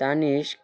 Danesh